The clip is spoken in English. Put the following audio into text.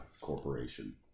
Corporation